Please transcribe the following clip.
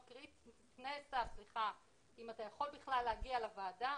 אם אתה יכול בכלל להגיע לוועדה.